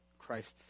christ's